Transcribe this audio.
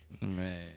Man